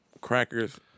crackers